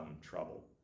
trouble